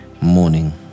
morning